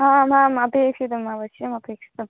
आम् आम् अपेक्षितम् अवश्यमपेक्षितम्